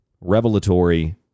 revelatory